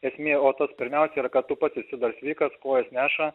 esmė o tas pirmiausia yra kad tu pats esi dar sveikas kojos neša